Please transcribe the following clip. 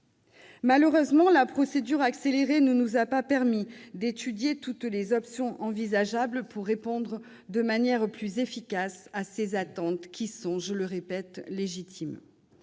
Malheureusement, la procédure accélérée ne nous a pas permis d'étudier toutes les options envisageables permettant de répondre plus efficacement à ces attentes qui sont, je le répète, légitimes.